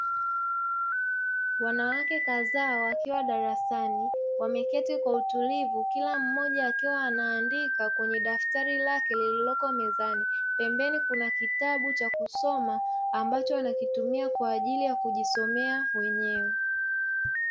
Wanawake kadhaa, wakiwa darasani, wameketi kwa utulivu, kila mmoja akiwa anaandika kwenye daftari lake lililoko mezani. Pembeni kuna kitabu cha kusoma ambacho wanakitumia kwa ajili ya kujisomea wenyewe.